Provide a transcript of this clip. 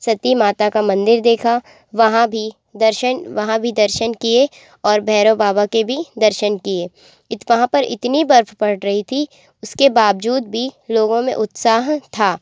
सती माता का मंदिर देखा वहाँ भी दर्शन वहाँ भी दर्शन किए और भैरव बाबा के भी दर्शन किए पहाँ पर इतनी बर्फ पड़ रही थी उसके बाबजूद भी लोगों में उत्साह था